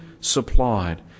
supplied